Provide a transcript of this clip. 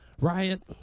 Riot